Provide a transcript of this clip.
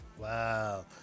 Wow